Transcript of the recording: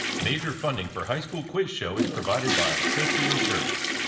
major funding for high school quiz show is provided by safety insurance.